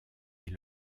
est